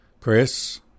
Chris